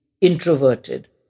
introverted